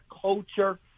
culture